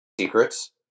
secrets